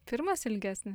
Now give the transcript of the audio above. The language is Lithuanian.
pirmas ilgesnis